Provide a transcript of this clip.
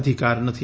અધિકાર નથી